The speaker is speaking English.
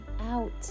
out